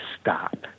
stop